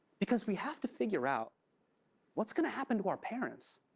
because we have to figure out what's gonna happen to our parents.